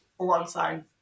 alongside